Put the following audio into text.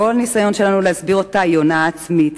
כל ניסיון להסביר אותה הוא הונאה עצמית,